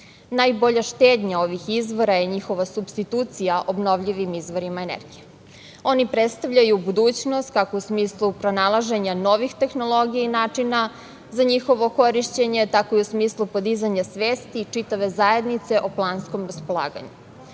Najbolja štednja ovih izvora je njihova supstitucija obnovljivim izvorima energije. Oni predstavljaju budućnost kako u smislu pronalaženja novih tehnologija i načina za njihovo korišćenje, tako i u smislu podizanja svesti i čitave zajednice o planskom raspolaganju. Od